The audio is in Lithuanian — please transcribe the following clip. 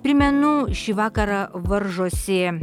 primenu šį vakarą varžosi